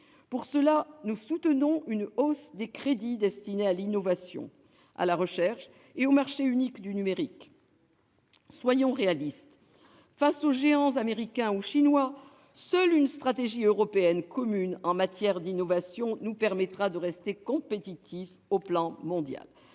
cette fin, nous soutenons une hausse des crédits destinés à l'innovation, à la recherche et au marché unique du numérique. Soyons réalistes : face aux géants américains ou chinois, seule une stratégie européenne commune en matière d'innovation nous permettra de rester compétitifs au plan mondial.